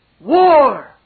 War